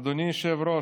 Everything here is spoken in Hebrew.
אדוני היושב-ראש,